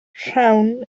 rhawn